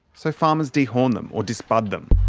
so farmers de-horn them or dis-bud them.